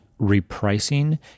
repricing